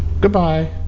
Goodbye